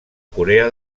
corea